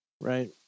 right